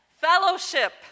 Fellowship